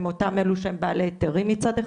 הם אותם אלו שהם בעלי היתרים מצד אחד,